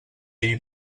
ahir